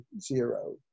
zero